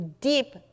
deep